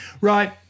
Right